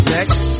Next